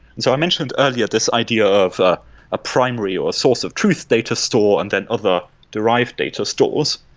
so i mentioned earlier this idea of ah a primary or a source of truth data store and then other derived data stores.